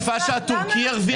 את מעדיפה שהטורקי ירוויח?